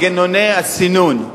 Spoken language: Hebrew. מנגנוני הסינון,